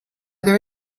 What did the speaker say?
there